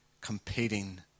competing